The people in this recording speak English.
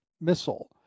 missile